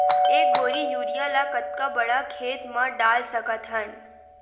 एक बोरी यूरिया ल कतका बड़ा खेत म डाल सकत हन?